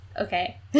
okay